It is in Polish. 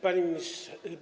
Panie Ministrze!